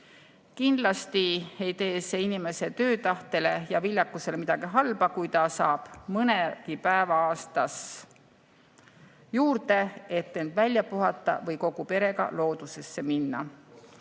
Kindlasti ei tee see inimese töötahtele ja tööviljakusele midagi halba, kui ta saab mõnegi päeva aastas juurde, et end välja puhata, näiteks kogu perega loodusesse minna.